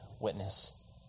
witness